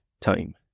time